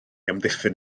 amddiffyn